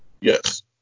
Yes